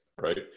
right